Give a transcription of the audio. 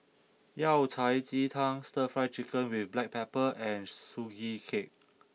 Yao Cai Ji Tang Stir Fry Chicken with black pepper and Sugee Cake